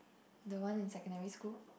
the one in secondary school